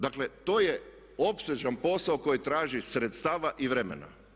Dakle, to je opsežan posao koji traži sredstava i vremena.